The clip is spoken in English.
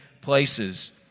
places